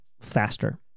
faster